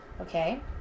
okay